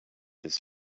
his